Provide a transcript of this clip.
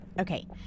Okay